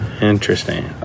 Interesting